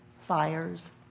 fires